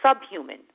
subhuman